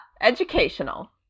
educational